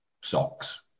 Socks